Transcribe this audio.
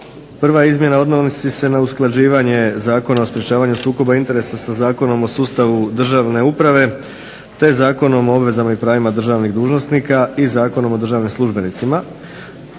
Prva izmjena odnosi se na usklađivanje Zakona o sprječavanju sukoba interesa sa Zakonom o sustavu državne uprave, te Zakonom o obvezama i pravima državnih dužnosnika i Zakonom o državnim službenicima